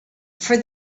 for